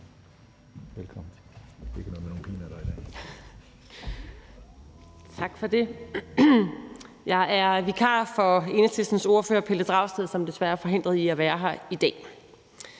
Tak for det. Jeg er vikar for Enhedslistens ordfører, hr. Pelle Dragsted, som desværre er forhindret i at være her i dag.